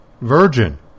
virgin